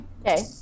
Okay